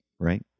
right